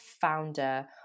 founder